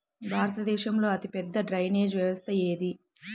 భారతదేశంలో అతిపెద్ద డ్రైనేజీ వ్యవస్థ ఏది?